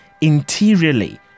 interiorly